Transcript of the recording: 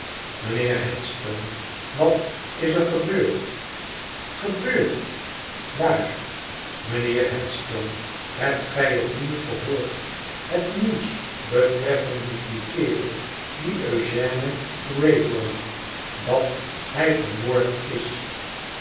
mijnheer headstone wat is er gebeurd gebeurd waar mijnheer headstone hebt gij het nieuws gehoord het nieuws betreffende dien kerel dien eugène wraybum dat hij vermoord is